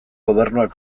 gobernuak